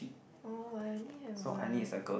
orh I only have one